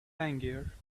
tangier